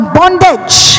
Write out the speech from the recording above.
bondage